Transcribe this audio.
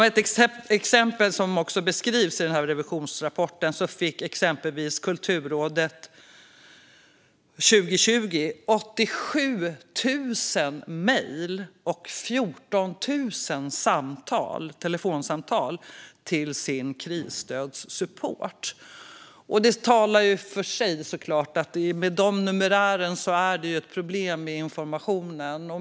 Ett exempel som beskrivs i rapporten är att Kulturrådet 2020 fick 87 000 mejl och 14 000 telefonsamtal till sin krisstödssupport. Det talar så klart för sig självt. Med den numerären är det problem med informationen.